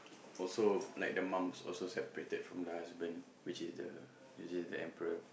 also like the mum's also separated from the husband which is the is the emperor